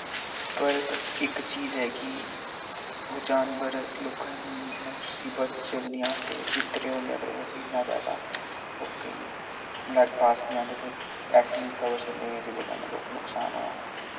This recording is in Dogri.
पर पर इक चीज ऐ कि ओह् जानवर लोकां नूं मुसीबत च वी निं आह्नदे चित्तरे होंदे पर ओह् बी इन्ना जैदा लोकें मतलव पास निं आंदे कोई ऐसी खबर सुनने होऐ जेह्दे कन्नै लोकें नुकसान होआ होऐ